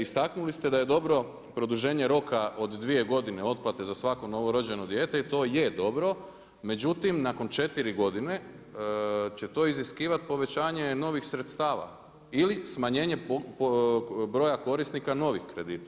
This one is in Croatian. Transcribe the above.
Istaknuli ste da je dobro produženje roka od dvije godine otplate za svako novorođeno dijete i to je dobro, međutim nakon četiri godine će to iziskivati povećanje novih sredstava ili smanjenje broja korisnika novih kredita.